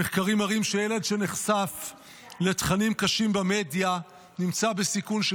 המחקרים מראים שילד שנחשף לתכנים קשים במדיה נמצא בסיכון של